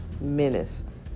menace